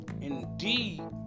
Indeed